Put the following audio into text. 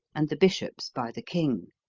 and the bishops by the king.